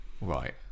Right